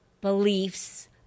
beliefs